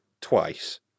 twice